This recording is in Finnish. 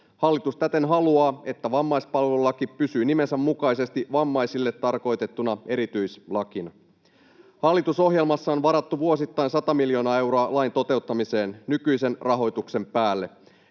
Hallitus täten haluaa, että vammaispalvelulaki pysyy nimensä mukaisesti vammaisille tarkoitettuna erityislakina. Hallitusohjelmassa on varattu vuosittain 100 miljoonaa euroa lain toteuttamiseen nykyisen rahoituksen päälle.